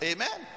Amen